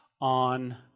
on